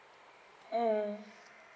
mm